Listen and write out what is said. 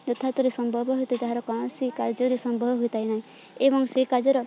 ଯଥାର୍ଥରେ ସମ୍ଭବ ହୋଇଥାଏ ତାହାର କୌଣସି କାର୍ଯ୍ୟରେ ସମ୍ଭବ ହୋଇଥାଏ ନାହିଁ ଏବଂ ସେ କାର୍ଯ୍ୟର